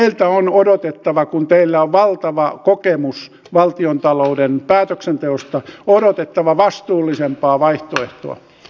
teiltä on odotettava kun teillä on valtava kokemus valtiontalouden päätöksenteosta vastuullisempaa vaihtoehtoa